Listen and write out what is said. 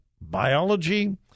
biology